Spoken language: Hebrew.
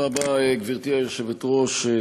גברתי היושבת-ראש,